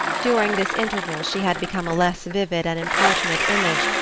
during this interval she had become a less vivid and importunate image,